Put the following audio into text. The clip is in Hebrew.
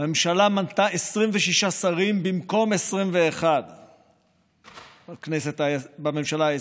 והממשלה מנתה 26 שרים במקום 21 בממשלה העשרים.